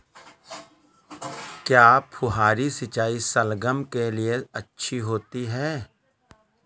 क्या फुहारी सिंचाई शलगम के लिए अच्छी होती है?